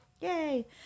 Yay